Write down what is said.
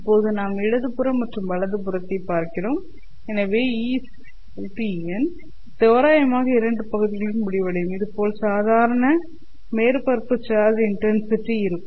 இப்போது நாம் இடது புறம் மற்றும் வலது புறத்தைப் பார்க்கிறோம் எனவே Et1Et2 தோராயமாக இரண்டு பகுதிகளுடன் முடிவடையும் இதேபோல் சாதாரண Dn1 Dn2 ρs மேற்பரப்பு சார்ஜ் இன்டென்சிட்டி இருக்கும்